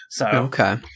Okay